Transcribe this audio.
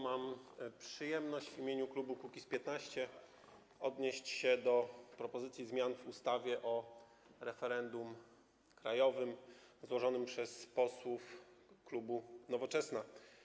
Mam przyjemność w imieniu klubu Kukiz’15 odnieść się do propozycji zmian w ustawie o referendum ogólnokrajowym złożonej przez posłów klubu Nowoczesna.